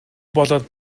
болоод